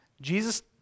Jesus